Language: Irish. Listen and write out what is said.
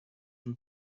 chun